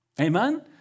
Amen